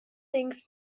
thinks